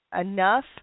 enough